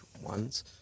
ones